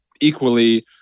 equally